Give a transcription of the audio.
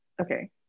okay